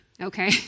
okay